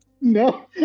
No